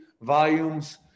volumes